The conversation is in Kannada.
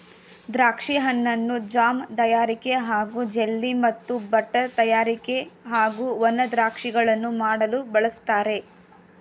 ದ್ರಾಕ್ಷಿ ಹಣ್ಣನ್ನು ಜಾಮ್ ತಯಾರಿಕೆ ಹಾಗೂ ಜೆಲ್ಲಿ ಮತ್ತು ಬಟರ್ ತಯಾರಿಕೆ ಹಾಗೂ ಒಣ ದ್ರಾಕ್ಷಿಗಳನ್ನು ಮಾಡಲು ಬಳಸ್ತಾರೆ